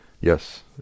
yes